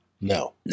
No